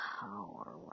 power